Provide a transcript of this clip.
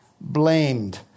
blamed